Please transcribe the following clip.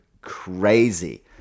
crazy